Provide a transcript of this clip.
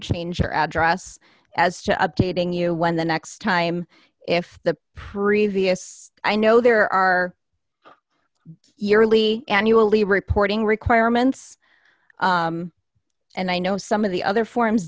change your address as to updating you when the next time if the previous i know there are yearly annually reporting requirements and i know some of the other forms